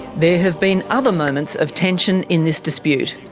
there have been other moments of tension in this dispute.